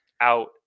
out